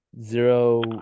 zero